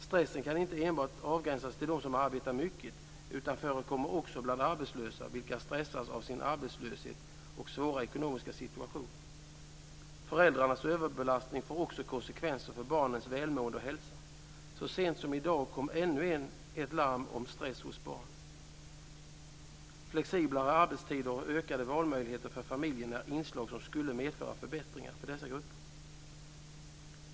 Stressen kan inte enbart avgränsas till dem som arbetar mycket utan förekommer också bland arbetslösa vilka stressas av sin arbetslöshet och svåra ekonomiska situation. Föräldrarnas överbelastning får också konsekvenser för barnens välmående och hälsa. Så sent som i dag kom ännu ett larm om stress hos barn. Flexiblare arbetstider och ökade valmöjligheter för familjen är inslag som skulle medföra förbättringar för dessa grupper.